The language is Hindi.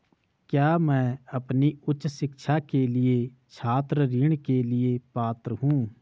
क्या मैं अपनी उच्च शिक्षा के लिए छात्र ऋण के लिए पात्र हूँ?